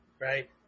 right